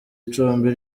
icumbi